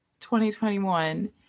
2021